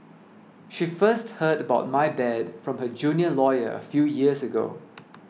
she first heard about my bad from her junior lawyer a few years ago